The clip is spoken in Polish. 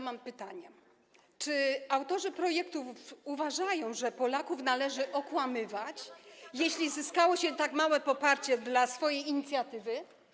Mam pytanie: Czy autorzy projektu uważają, że Polaków należy okłamywać, jeśli zyskało się tak małe poparcie dla swojej inicjatywy?